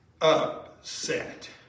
upset